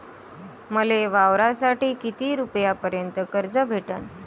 मले वावरासाठी किती रुपयापर्यंत कर्ज भेटन?